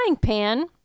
pan